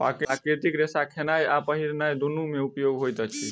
प्राकृतिक रेशा खेनाय आ पहिरनाय दुनू मे उपयोग होइत अछि